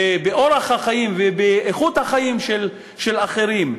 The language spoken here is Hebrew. באורח החיים ובאיכות החיים של אחרים.